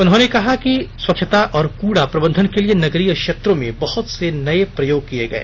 उन्होंने कहा कि स्वंच्छता और कूड़ा प्रबंधन के लिए नगरीय क्षेत्रों में बहत से नये प्रयोग किए गए